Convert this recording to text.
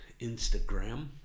Instagram